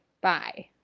bye